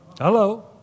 Hello